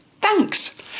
Thanks